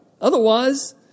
Otherwise